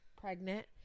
pregnant